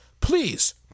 Please